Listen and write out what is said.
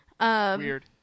Weird